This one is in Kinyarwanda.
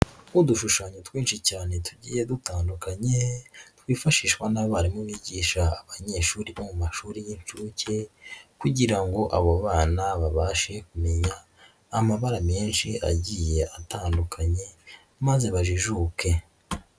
Ni udushushanyo twinshi cyane tugiye dutandukanye, twifashishwa n'abarimu bigisha abanyeshuri bo mu mashuri y'incuke kugira ngo abo bana babashe kumenya amabara menshi agiye atandukanye maze bajijuke.